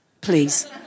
please